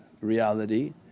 reality